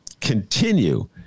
continue